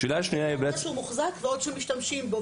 עצם העובדה שהוא מוחזק ועוד שמשתמשים בו,